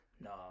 No